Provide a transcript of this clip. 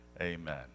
Amen